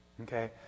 Okay